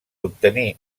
obtenir